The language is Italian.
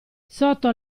sotto